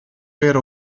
per